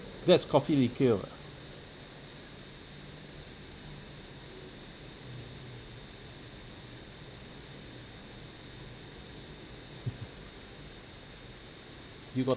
that's coffee liqueur what you got